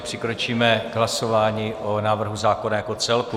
Přikročíme k hlasování o návrhu zákona jako celku.